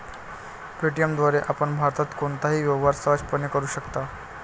Paytm द्वारे आपण भारतात कोणताही व्यवहार सहजपणे करू शकता